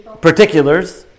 particulars